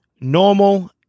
Normal